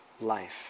life